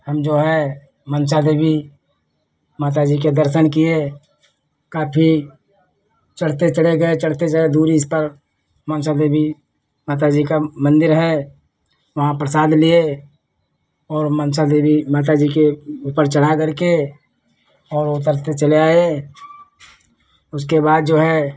हम जो है मनसा देवी माता जी के दर्शन किए काफ़ी चढ़ते चढ़े गए चढ़ते चले दूरी पर मनसा देवी माता जी का मन्दिर है वहाँ प्रसाद लिए और मनसा देवी माता जी के ऊपर चढ़ाकर के और ऊपर से चले आए उसके बाद जो है